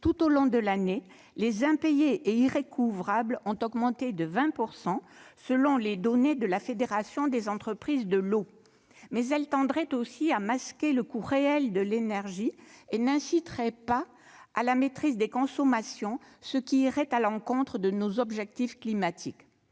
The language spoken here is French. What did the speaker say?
tout au long de l'année, les impayés et irrécouvrables ont augmenté de 20 %, selon les données de la Fédération professionnelle des entreprises de l'eau. Ensuite, elle tendrait aussi à masquer le coût réel de l'énergie et n'inciterait pas à la maîtrise des consommations, ce qui irait à l'encontre de nos objectifs climatiques.